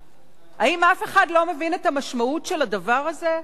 האם אף אחד לא מבין את המשמעות של הדבר הזה?